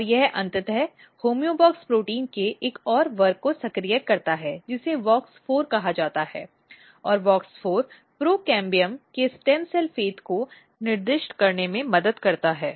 और यह अंततः होमोबॉक्स प्रोटीन के एक और वर्ग को सक्रिय करता है जिसे WOX4 कहा जाता है और WOX4 प्रोकैम्बियम में स्टेम सेल भाग्य को निर्दिष्ट करने में मदद करता है